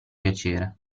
piacere